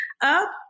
up